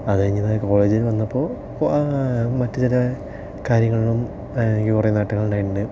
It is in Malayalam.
അതുകഴിഞ്ഞ് ഇതാ കോളേജിൽ വന്നപ്പോൾ മറ്റു ചില കാര്യങ്ങളിലും എനിക്ക് കുറെ നേട്ടങ്ങളുണ്ടായിട്ടുണ്ട്